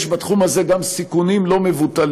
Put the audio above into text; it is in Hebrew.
יש בתחום הזה גם סיכונים לא מבוטלים.